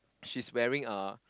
she's wearing a